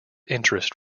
interest